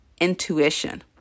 intuition